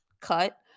cut